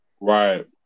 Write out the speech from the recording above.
Right